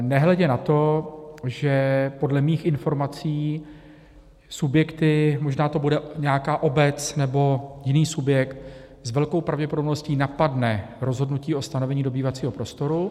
Nehledě na to, že podle mých informací subjekty, možná to bude nějaká obec nebo jiný subjekt, s velkou pravděpodobností napadnou rozhodnutí o stanovení dobývacího prostoru.